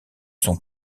sont